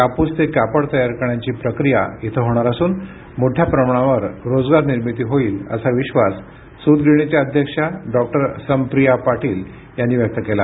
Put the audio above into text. कापूस ते कापड तयार करण्याची प्रक्रिया इथं होणार असून यातून मोठ्या प्रमाणावर रोजगार निर्मिती होईल असा विश्वास सुतगिरणीच्या अध्यक्षा डॉक्टर समप्रिया पाटील यांनी व्यक्त केला